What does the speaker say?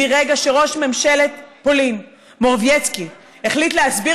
מרגע שראש ממשלת פולין מורבייצקי החליט להסביר